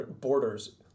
borders